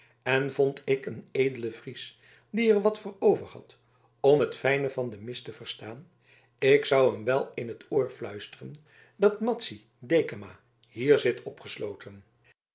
en vond ik een edelen fries die er wat voor overhad om t fijne van de mis te verstaan ik zou hem wel in t oor fluisteren dat madzy dekama hier zit opgesloten